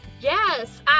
Yes